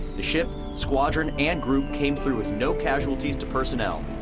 the ship, squadron, and group came through with no casualties to personnel,